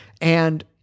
And-